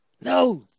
No